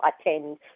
attend